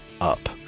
up